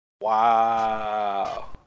Wow